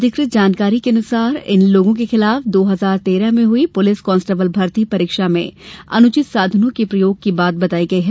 अधिकृत जानकारी के अनुसार इन लोगों के खिलाफ दो हजार तेरह में हुई पुलिस कांस्टेबल भर्ती परीक्षा में अनुचित साधनों के प्रयोग की बात बताई गई है